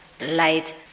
light